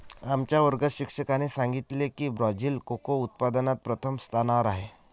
आमच्या वर्गात शिक्षकाने सांगितले की ब्राझील कोको उत्पादनात प्रथम स्थानावर आहे